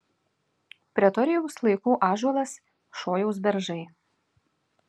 pretorijaus laikų ąžuolas šojaus beržai